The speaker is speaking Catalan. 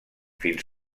fins